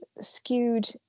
skewed